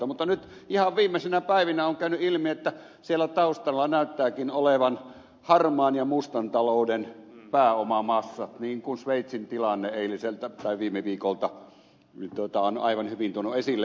mutta nyt ihan viimeisinä päivinä on käynyt ilmi että siellä taustalla näyttääkin olevan harmaan ja mustan talouden pääomamassat niin kuin sveitsin tilanne viime viikolta on aivan hyvin tuonut esille